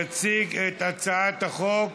התשע"ח 2018. יציג את הצעת החוק